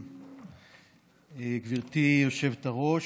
גברתי היושבת-ראש,